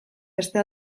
beste